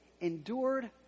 endured